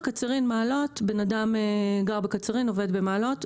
אדם גר בקצרין, עובד במעלות.